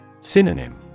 Synonym